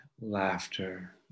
laughter